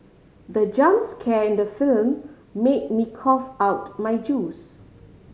the jump scare in the film made me cough out my juice